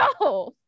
no